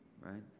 right